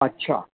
अच्छा